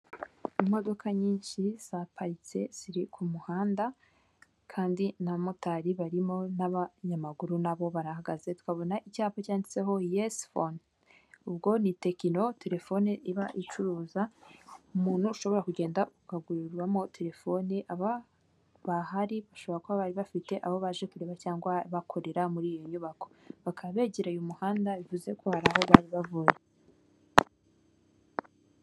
imodoka nyinshi zaparitse ziri ku muhanda, kandi n'abmotari barimo n'abanyamaguru nabo barahagaze, tukabona icyapa cyanditseho yesi fone, ubwo ni tekino, terefone iba icuruza umuntu ushobora kugenda ukagurirwamo terefoni, aba bahari bashobora kuba bari bafite abo baje kureba cyangwa bakorera muri iyo nyubako, bakaba begereye umuhanda bivuze ko hari aho bari bavuye.